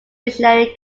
visionary